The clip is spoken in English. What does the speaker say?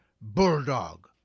bulldog